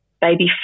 baby